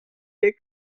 wir